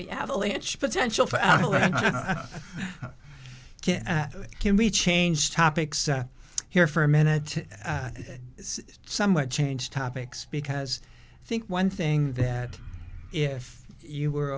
be avalanche potential for can we change topics here for a minute it is somewhat change topics because i think one thing that if you were